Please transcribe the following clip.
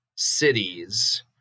cities